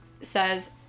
says